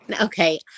Okay